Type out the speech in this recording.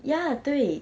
ya 对